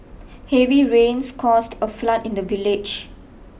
heavy rains caused a flood in the village